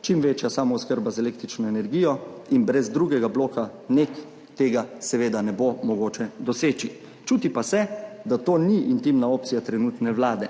čim večja samooskrba z električno energijo in brez drugega bloka NEK tega seveda ne bo mogoče doseči, čuti pa se, da to ni intimna opcija trenutne vlade.